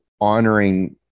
honoring